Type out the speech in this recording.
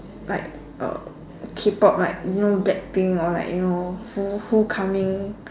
like a K-pop like you know Blackpink or like you know who who coming